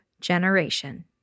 generation